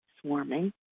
swarming